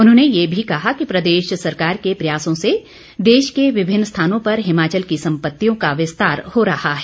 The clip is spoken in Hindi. उन्होंने ये भी कहा कि प्रदेश सरकार के प्रयासों से देश के विभिन्न स्थानों पर हिमाचल की सम्पत्तियों का विस्तार हो रहा है